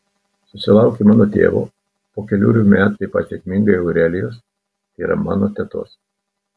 susilaukė mano tėvo po kelerių metų taip pat sėkmingai aurelijos tai yra mano tetos